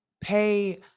pay